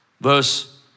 Verse